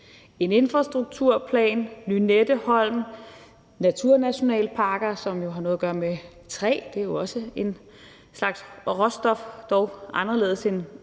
en infrastrukturplan, Lynetteholmen, naturnationalparker, som jo har noget at gøre med træ; det er jo også en slags råstof, dog anderledes end